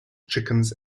chickens